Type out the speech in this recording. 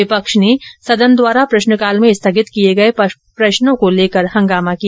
विपक्ष ने सदन द्वारा प्रश्नकाल में स्थगित किये गये प्रश्नों को लेकर हंगामा किया